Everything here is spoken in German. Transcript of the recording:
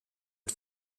mit